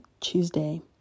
tuesday